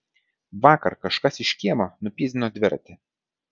vakar kažkas iš kiemo nupyzdino dviratį